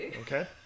Okay